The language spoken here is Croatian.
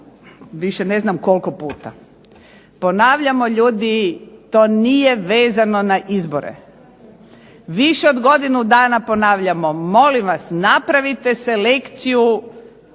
više ne znam koliko puta. Ponavljamo ljudi, to nije vezano na izbore. Više od godinu dana ponavljamo, molim vas napravite selekciju,